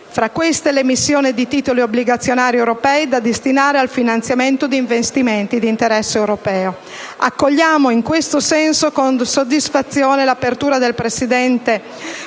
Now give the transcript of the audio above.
Tra queste, l'emissione di titoli obbligazionari europei da destinare al finanziamento di investimenti di interesse europeo. In questo senso, accogliamo con soddisfazione l'apertura del presidente